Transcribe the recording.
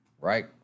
right